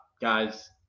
guys